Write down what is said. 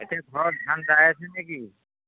এতিয়া ঘৰত ধান দাই আছে নেকি